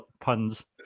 puns